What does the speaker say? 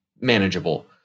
manageable